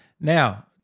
Now